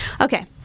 Okay